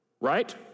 right